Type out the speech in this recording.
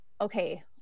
okay